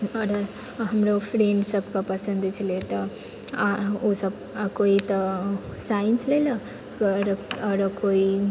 आओर हमरो फ्रेन्ड सबके पसन्द छलै तऽ आओर ओ सब कोई तऽ साइन्स लेलक आओरो कोई